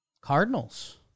Cardinals